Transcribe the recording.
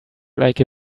like